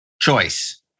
choice